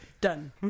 done